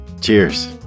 Cheers